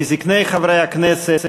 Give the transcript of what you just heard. מזקני חברי הכנסת,